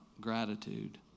gratitude